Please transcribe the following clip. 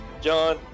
John